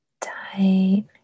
tight